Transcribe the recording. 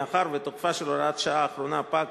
מאחר שתוקפה של הוראת השעה האחרונה פג